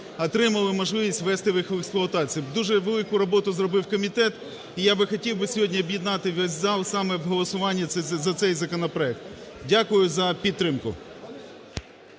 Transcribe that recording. отримали можливість ввести їх в експлуатацію. Дуже велику роботу зробив комітет, і я би хотів би сьогодні об'єднати весь зал саме в голосуванні за цей законопроект. Дякую за підтримку.